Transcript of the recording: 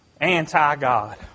anti-God